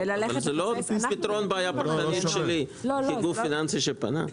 אבל זה לא פתרון הבעיה הפרטנית שלי כגוף פיננסי שפנה.